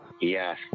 Yes